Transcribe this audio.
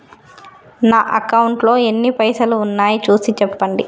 నా అకౌంట్లో ఎన్ని పైసలు ఉన్నాయి చూసి చెప్పండి?